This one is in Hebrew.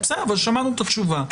בסדר, אבל שמענו את התשובה.